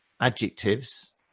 adjectives